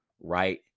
right